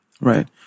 Right